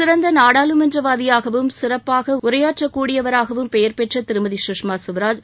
சிறந்த நாடாளுமன்றவாதியாகவும் சிறப்பாக உரையாற்றக் கூடியவராகவும் பெயர் பெற்ற திருமதி சுஷ்மா ஸ்வராஜ்